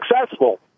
successful